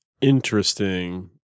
Interesting